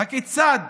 הכיצד?